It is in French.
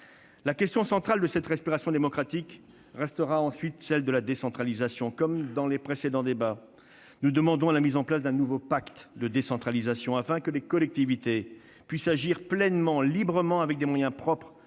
La question centrale de cette respiration démocratique restera, ensuite, celle de la décentralisation. Comme lors des précédents débats, nous demandons la mise en place d'un nouveau pacte de décentralisation, afin que les collectivités puissent agir pleinement et librement, mais aussi disposer